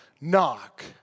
knock